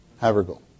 Havergal